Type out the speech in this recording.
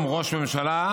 שהוא היום ראש הממשלה,